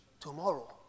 tomorrow